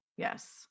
Yes